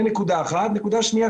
נקודה שנייה,